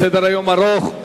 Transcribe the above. סדר-היום ארוך.